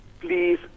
please